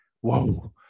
Whoa